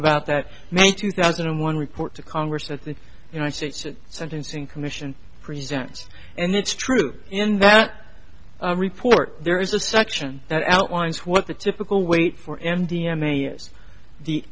about that may two thousand and one report to congress that the united states sentencing commission presents and it's true in that report there is a section that outlines what the typical weight for m d m a